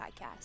Podcast